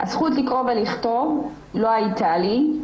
הזכות לקרוא ולכתוב לא הייתה לי,